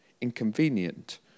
inconvenient